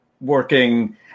working